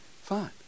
Fine